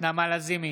נעמה לזימי,